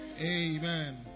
Amen